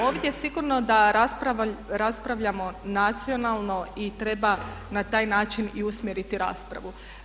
Ovdje sigurno da raspravljamo nacionalno i treba na taj način i usmjeriti raspravu.